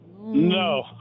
No